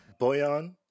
Boyan